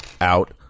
out